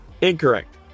Incorrect